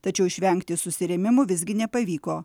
tačiau išvengti susirėmimų visgi nepavyko